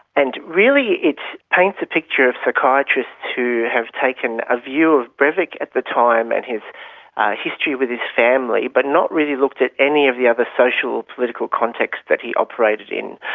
and really it paints a picture of psychiatrists who have taken a view breivik at the time and his history with his family, but not really looked at any of the other social or political contexts that he operated in.